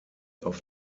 auf